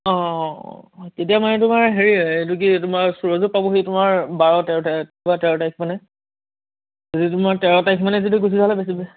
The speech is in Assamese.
অ' তেতিয়া মানে তোমাৰ হেৰি এইটো কি তোমাৰ সুৰজো পাবহি তোমাৰ বাৰ তেৰ তে তেৰ তাৰিখমানে যদি তোমাৰ তেৰ তাৰিখ মানে যদি গুচি যোৱা হ'লে বেছি